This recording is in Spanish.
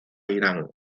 irán